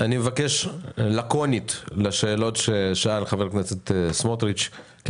אני מבקש תשובה לקונית לשאלות ששאל חבר הכנסת סמוטריץ' כי